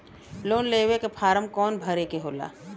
Loan लेवे के form कौन भरे के होला?